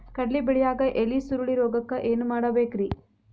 ಕಡ್ಲಿ ಬೆಳಿಯಾಗ ಎಲಿ ಸುರುಳಿರೋಗಕ್ಕ ಏನ್ ಮಾಡಬೇಕ್ರಿ?